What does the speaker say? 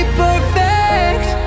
perfect